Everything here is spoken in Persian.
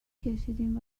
کشیدیم